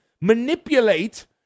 manipulate